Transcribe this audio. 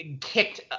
kicked